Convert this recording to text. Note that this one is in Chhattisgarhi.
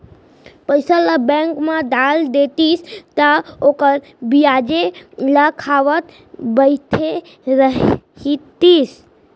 पइसा ल बेंक म डाल देतिस त ओखर बियाजे ल खावत बइठे रहितिस